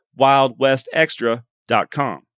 wildwestextra.com